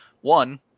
One